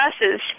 buses